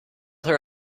her